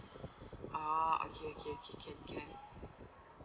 oh okay okay okay okay can